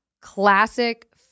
classic